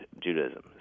Judaism